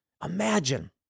Imagine